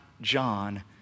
John